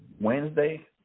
Wednesday